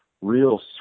real